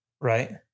Right